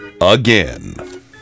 Again